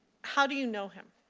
how do you know him?